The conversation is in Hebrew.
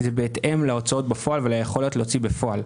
בהתאם להוצאות בפועל וליכולת להוציא בפועל.